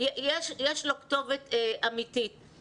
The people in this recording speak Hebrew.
יש לו כתובת אמיתית.